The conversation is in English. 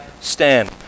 stand